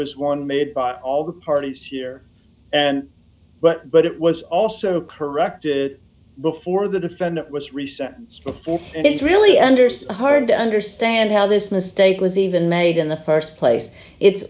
was one made by all the parties here and but but it was also corrected before the defendant was recent before it is really understood hard to understand how this mistake was even made in the st place it's